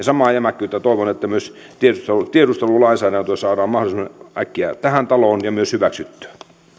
samaa jämäkkyyttä toivon jotta myös tiedustelulainsäädäntö saadaan mahdollisimman äkkiä tähän taloon ja myös hyväksyttyä